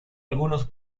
algunos